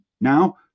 Now